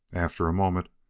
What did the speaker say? after a moment,